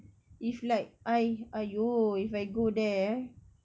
if like I !aiyo! if I go there eh